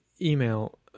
email